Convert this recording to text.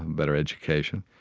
better education.